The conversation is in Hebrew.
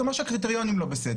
זה אומר שהקריטריונים לא בסדר.